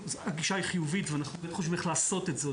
הגישה היא חיובית ואנחנו חושבים איך לעשות את זה.